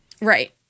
Right